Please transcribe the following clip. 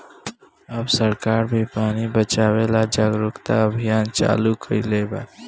अब सरकार भी पानी बचावे ला जागरूकता अभियान चालू कईले बा